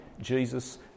Jesus